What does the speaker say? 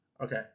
Okay